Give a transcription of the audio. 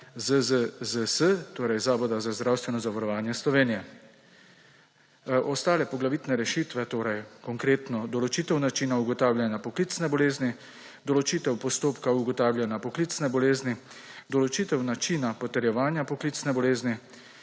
ZZZS, torej Zavoda za zdravstveno zavarovanje Slovenije, ostale poglavitne rešitve, konkretno določitev načina ugotavljanja poklicne bolezni, določitev postopka ugotavljanja poklicne bolezni, določitev načina potrjevanja poklicne bolezni,